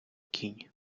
кінь